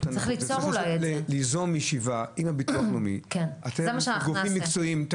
צריך ליזום ישיבה עם הביטוח הלאומי והגופים המקצועיים.